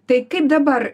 tai kaip dabar